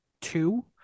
two